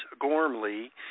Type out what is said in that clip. Gormley